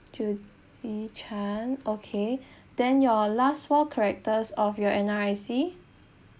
judy chan okay then your last four characters of your N_R_I_C